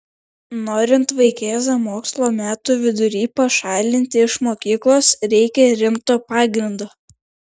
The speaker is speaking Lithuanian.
norint vaikėzą mokslo metų vidury pašalinti iš mokyklos reikia rimto pagrindo